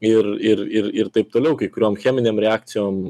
ir ir ir ir taip toliau kai kuriom cheminėm reakcijom